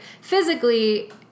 physically